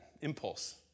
impulse